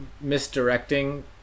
misdirecting